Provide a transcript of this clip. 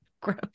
gross